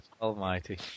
Almighty